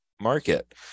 market